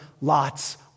Lot's